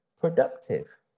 productive